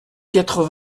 quatre